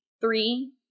three